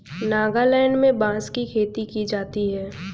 नागालैंड में बांस की खेती की जाती है